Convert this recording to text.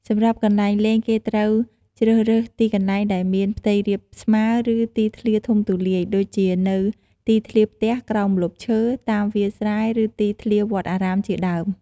សម្រាប់់កន្លែងលេងគេត្រូវជ្រើរើសទីកន្លែងដែលមានផ្ទៃរាបស្មើ ឬទីធ្លាធំទូលាយ ដូចជានៅទីធ្លាផ្ទះ ក្រោមម្លប់ឈើ តាមវាលស្រែ ឬទីធ្លាវត្តអារាមជាដើម។